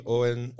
Owen